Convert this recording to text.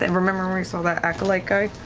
and remember, when we saw that acolyte guy.